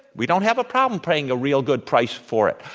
we don't have a problem paying a real good price for it.